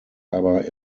aber